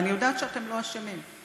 אני יודעת שאתם לא אשמים.